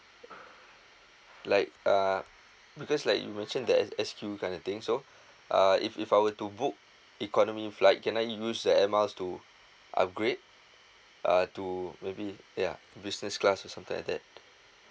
like uh because like you mentioned there is S Q kind of thing so uh if if I were to book economy flight can I use that airmiles to upgrade uh to maybe yeah business class or something like that